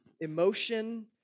Emotion